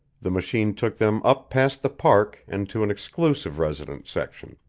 the machine took them up past the park and to an exclusive residence section,